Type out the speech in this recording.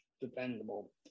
dependable